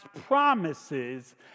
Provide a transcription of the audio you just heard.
promises